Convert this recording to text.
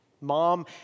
Mom